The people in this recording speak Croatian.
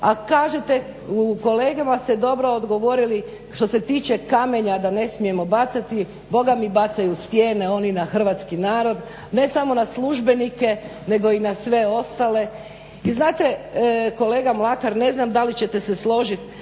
A kažete kolegama ste dobro odgovorili, što se tiče kamenja da ne smijemo bacati, boga mi bacaju stijene oni na hrvatski narod. Ne samo na službenike nego i na sve ostale. I znate kolega Mlakar, ne znam da li ćete se složiti